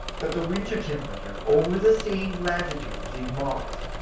but the winter temperatures, over the same latitudes in mars,